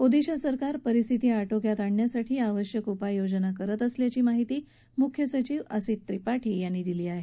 ओदिशा सरकार परिस्थिती आटोक्यात आणण्यासाठी आवश्यक उपाययोजना करत आहे अशी माहिती ओदिशाचे मुख्य सचिव असित त्रिपाठी यांनी दिली आहे